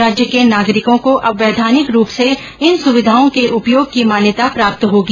राज्य के नागरिकों को अब वैधानिक रूप से इन सुविधाओं के उपयोग की मान्यता प्राप्त होगी